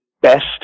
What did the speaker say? best